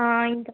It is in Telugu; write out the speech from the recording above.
ఇంకా